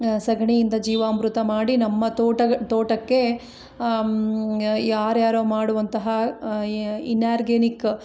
ಆ ಸಗಣಿಯಿಂದ ಜೀವಾಮೃತ ಮಾಡಿ ನಮ್ಮ ತೋಟಗಳು ತೋಟಕ್ಕೆ ಯಾರುಯಾರೊ ಮಾಡುವಂತಹ ಇನ್ಯಾರ್ಗ್ಯಾನಿಕ್